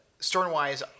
Sternwise